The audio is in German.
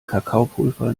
kakaopulver